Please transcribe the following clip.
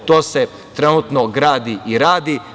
To se trenutno gradi i radi.